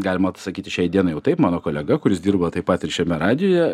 galima sakyti šiai dienai jau taip mano kolega kuris dirba taip pat ir šiame radijuje